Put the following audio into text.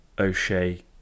O'Shea